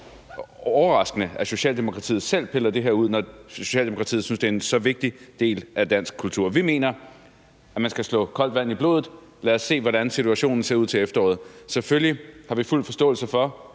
overraskende, at Socialdemokratiet selv piller det her ud, altså når Socialdemokratiet synes, det er så vigtig en del af dansk kultur. Vi mener, at man skal slå koldt vand i blodet og se på, hvordan situationen ser ud til efteråret. Selvfølgelig har vi fuld forståelse for,